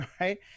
right